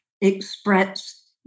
express